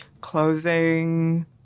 clothing